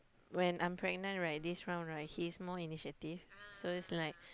when I'm pregnant right this round right he's more initiative so it's like